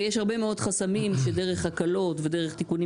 ויש הרבה מאוד חסמים שדרך הקלות ודרך תיקונים